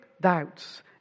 doubts